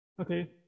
Okay